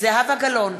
זהבה גלאון,